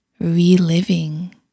reliving